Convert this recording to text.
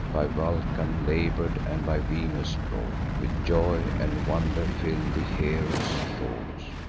by vulcan labor'd, and by venus brought, with joy and wonder fill the hero's thought.